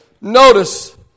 notice